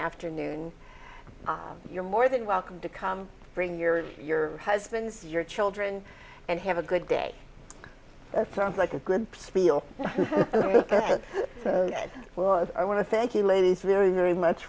afternoon you're more than welcome to come bring your husbands your children and have a good day that sounds like a good spiel but well i want to thank you ladies very very much